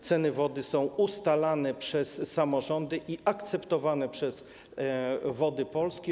Ceny wody są ustalane przez samorządy i akceptowane przez Wody Polskie.